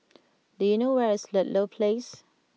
do you know where is Ludlow Place